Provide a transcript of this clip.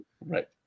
Right